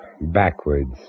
backwards